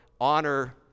honor